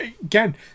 again